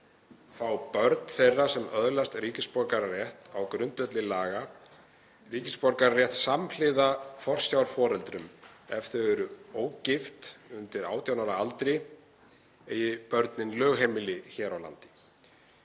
fá börn þeirra sem öðlast ríkisborgararétt á grundvelli laga ríkisborgararétt samhliða forsjárforeldrum ef þau eru ógift, undir 18 ára aldri, eigi börnin lögheimili hér á landi.